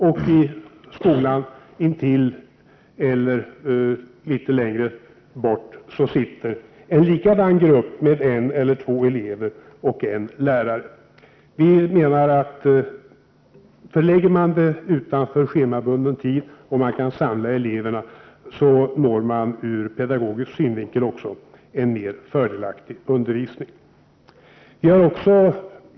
I en annan skola i närheten kan det vara likadant, dvs. att en lärare har undervisning med en eller två elever. Om man förlägger denna undervisning utanför schemabunden skoltid och om man kan samla elever från olika skolor, blir undervisningen också rent pedagogiskt mera fördelaktig.